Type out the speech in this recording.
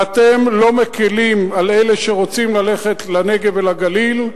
ואתם לא מקלים על אלה שרוצים ללכת לנגב ולגליל,